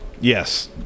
Yes